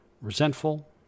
resentful